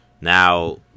now